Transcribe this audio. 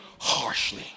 harshly